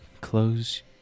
close